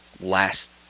last